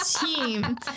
team